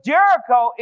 Jericho